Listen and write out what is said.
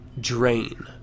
drain